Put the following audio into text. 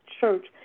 church